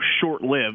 short-lived